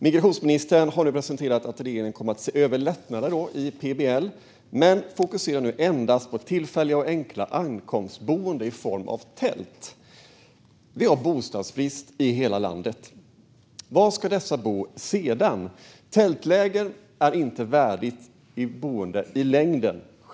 Migrationsministern har nu presenterat att regeringen kommer att se över lättnader i PBL men fokuserar endast på tillfälliga och enkla ankomstboenden i form av tält. Vi har bostadsbrist i hela landet. Var ska dessa personer bo sedan? Tältläger är självklart inte ett värdigt boende i längden.